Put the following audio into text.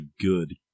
good